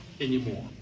anymore